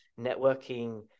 networking